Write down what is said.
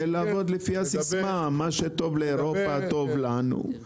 ולעבוד לפי הסיסמה, מה שטוב לאירופה טוב לנו.